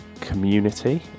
Community